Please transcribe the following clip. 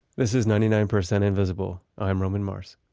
this is ninety nine percent invisible. i'm roman mars